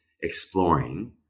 exploring